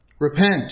Repent